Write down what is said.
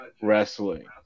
wrestling